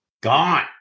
gone